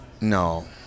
No